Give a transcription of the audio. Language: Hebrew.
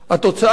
התוצאה,